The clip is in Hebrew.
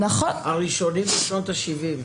הראשונים משנות ה-70.